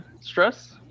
stress